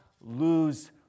lose